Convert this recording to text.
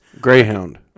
Greyhound